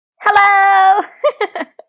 Hello